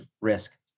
risk